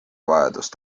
vajadust